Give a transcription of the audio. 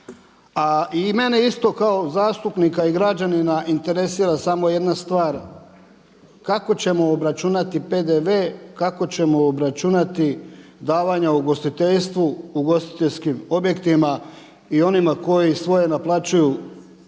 i mene isto kao zastupnika i građanina interesira samo jedna stvar, kako ćemo obračunati PDV, kako ćemo obračunati davanja ugostiteljstvu ugostiteljskim objektima i onima koji svoje naplaćuju